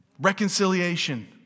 Reconciliation